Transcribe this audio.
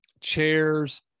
chairs